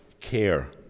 care